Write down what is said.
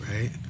right